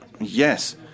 Yes